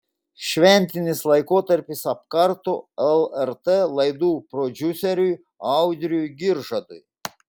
šventinis laikotarpis apkarto lrt laidų prodiuseriui audriui giržadui